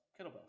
kettlebells